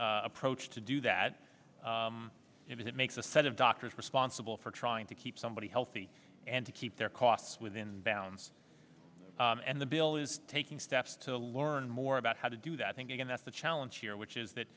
leaving approach to do that if it makes a set of doctors responsible for trying to keep somebody healthy and to keep their costs within bounds and the bill is taking steps to learn more about how to do that thinking and that's the challenge here which is that